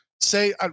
Say